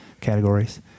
categories